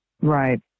Right